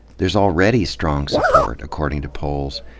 there's already strong support, according to polls,